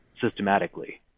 systematically